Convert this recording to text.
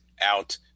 out